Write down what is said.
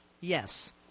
Yes